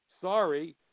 Sorry